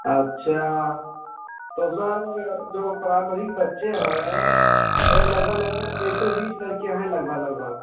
अच्छा तो सर जो प्राइमरिक बच्चे हैं ओ लगभग लगभग एक सौ बीस लड़के हैं लगभग लगभग